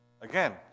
Again